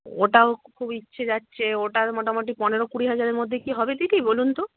ওটাও খুব ইচ্ছে যাচ্ছে ওটার মোটামুটি পনেরো কুড়ি হাজারের মধ্যে কি হবে দিদি বলুন তো